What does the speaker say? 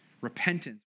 repentance